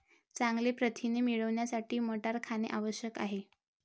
चांगले प्रथिने मिळवण्यासाठी मटार खाणे आवश्यक आहे